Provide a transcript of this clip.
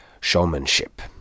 Showmanship